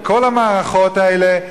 בכל המערכות האלה,